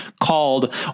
called